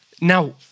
Now